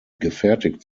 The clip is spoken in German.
gefertigt